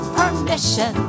permission